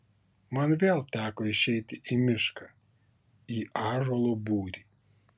man vėl teko išeiti į mišką į ąžuolo būrį